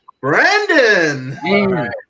Brandon